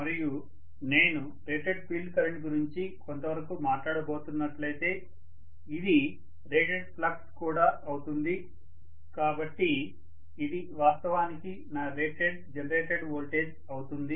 మరియు నేను rated field current గురించి కొంతవరకు మాట్లాడబోతున్నట్లయితే ఇది రేటెడ్ ఫ్లక్స్ కూడా అవుతుంది కాబట్టి ఇది వాస్తవానికి నా రేటెడ్ జనరేటెడ్ వోల్టేజ్ అవుతుంది